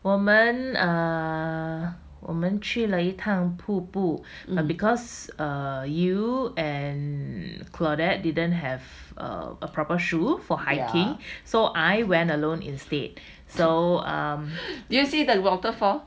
um did you see the waterfall